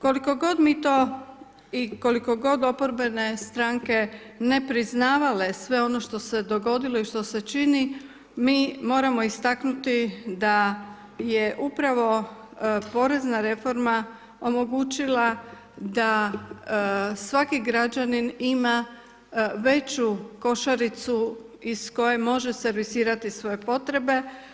Koliko god mi to i koliko god oporbene stranke nepriznavane sve ono što se dogodilo i što se čini, mi moramo istaknuti, da je upravo porezna reforma, omogućila da svaki građanin ima veću košaricu iz koje može servisirati svoje potrebe.